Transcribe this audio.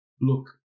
Look